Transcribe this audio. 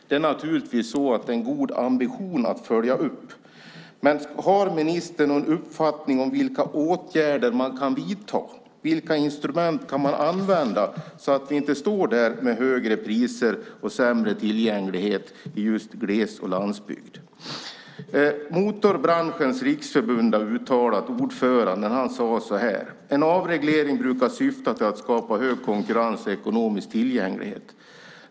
Det är naturligtvis så att det är en god ambition att följa upp. Men har ministern någon uppfattning om vilka åtgärder man kan vidta, vilka instrument man kan använda, så att vi inte står där med högre priser och sämre tillgänglighet i gles och landsbygd? Ordföranden för Motorbranschens Riksförbund har skrivit: "En avreglering brukar syfta till att skapa hög konkurrens och tillgänglighet.